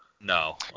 No